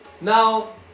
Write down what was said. Now